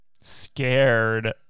scared